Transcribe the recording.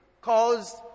caused